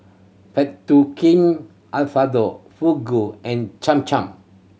Fettuccine Alfredo Fugu and Cham Cham